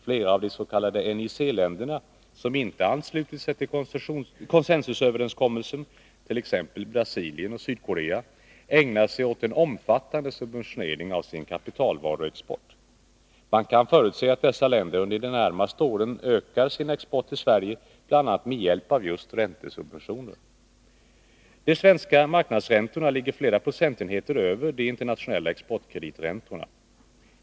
Flera av de s.k. NIC-länderna, som inte anslutit sig till konsensusöverenskommelsen, t.ex. Brasilien och Sydkorea, ägnar sig åt en omfattande subventionering av sin kapitalvaruexport. Man kan förutse att dessa länder under de närmaste åren söker öka sin export till Sverige, bl.a. med hjälp av just räntesubventioner. De svenska marknadsräntorna ligger flera procentenheter över de internationella exportkrediträntorna.